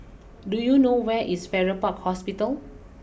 do you know where is Farrer Park Hospital